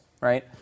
right